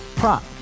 prop